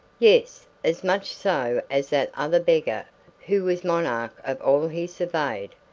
yes as much so as that other beggar who was monarch of all he surveyed,